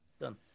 Done